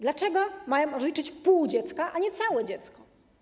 Dlaczego mają rozliczyć pół dziecka, a nie całe dziecko?